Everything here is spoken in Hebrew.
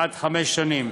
עד חמש שנים.